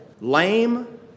lame